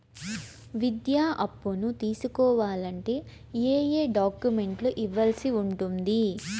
విద్యా అప్పును తీసుకోవాలంటే ఏ ఏ డాక్యుమెంట్లు ఇవ్వాల్సి ఉంటుంది